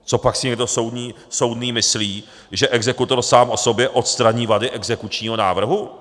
Copak si někdo soudný myslí, že exekutor sám o sobě odstraní vady exekučního návrhu?